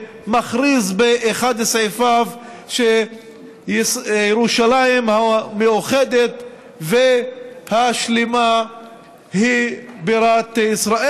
שמכריז באחד מסעיפיו שירושלים המאוחדת והשלמה היא בירת ישראל,